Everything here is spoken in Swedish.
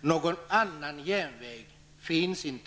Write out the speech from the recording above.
Någon genväg finns inte!